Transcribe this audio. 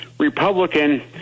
Republican